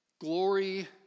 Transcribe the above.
Glory